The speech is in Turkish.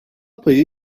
payı